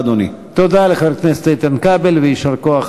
בשם כנסת ישראל נעשה הכול כדי שלא לשכוח